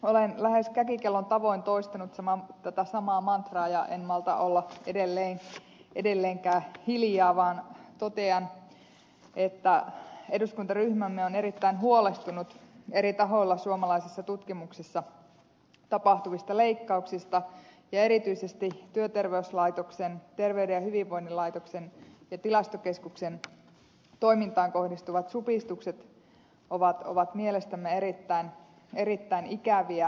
olen lähes käkikellon tavoin toistanut tätä samaa mantraa enkä malta olla edelleenkään hiljaa vaan totean että eduskuntaryhmämme on erittäin huolestunut eri tahoilla suomalaisessa tutkimuksessa tapahtuvista leikkauksista ja erityisesti työterveyslaitoksen terveyden ja hyvinvoinnin laitoksen ja tilastokeskuksen toimintaan kohdistuvat supistukset ovat mielestämme erittäin ikäviä